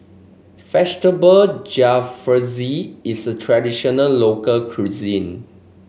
Vegetable Jalfrezi is a traditional local cuisine